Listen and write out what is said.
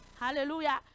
Hallelujah